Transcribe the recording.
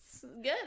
Good